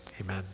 amen